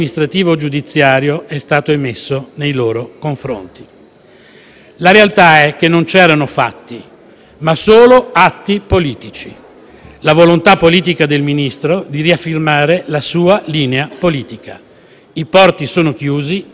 Il principio democratico non è limitato al profilo della selezione democratica dei rappresentanti della sovranità popolare, ma ricomprende anche la garanzia dei valori fondamentali costituenti il contenuto dell'unità politica della Repubblica.